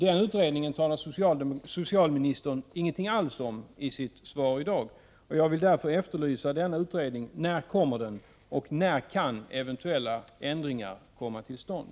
Den utredningen talar socialministern ingenting alls om i sitt svar i dag. Jag efterlyser därför denna utredning. När kommer den, och när kan eventuella ändringar komma till stånd?